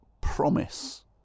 promise